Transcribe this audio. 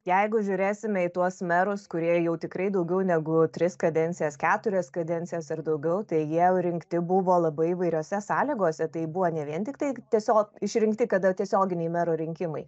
jeigu žiūrėsime į tuos merus kurie jau tikrai daugiau negu tris kadencijas keturias kadencijas ir daugiau tai jie rinkti buvo labai įvairiose sąlygose tai buvo ne vien tiktai tiesiog išrinkti kada tiesioginiai mero rinkimai